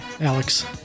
Alex